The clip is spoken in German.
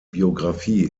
biographie